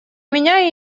меня